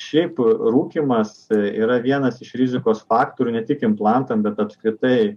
šiaip rūkymas yra vienas iš rizikos faktorių ne tik implantam bet apskritai